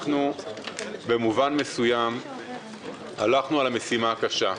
במובן מסוים הלכנו על המשימה הקשה.